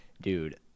dude